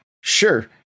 sure